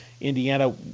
Indiana